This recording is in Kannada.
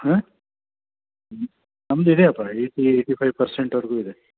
ಹಾಂ ನಮ್ಮದು ಇದೆಪ್ಪ ಎಯ್ಟಿ ಎಯ್ಟಿ ಫೈವ್ ಪರ್ಸೆಂಟ್ವರೆಗೂ ಇದೆ